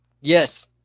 Yes